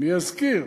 אזכיר,